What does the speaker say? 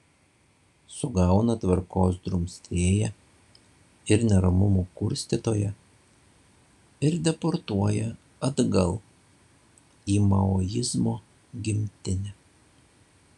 sugauna tvarkos drumstėją ir neramumų kurstytoją ir deportuoja atgal į maoizmo gimtinę